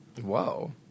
Whoa